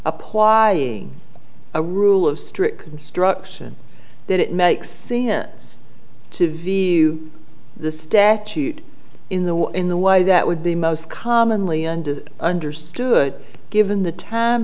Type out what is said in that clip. applying a rule of strict construction that it makes to view the statute in the in the way that would be most commonly and understood given the time